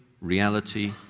reality